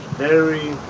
very,